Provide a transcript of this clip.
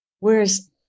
Whereas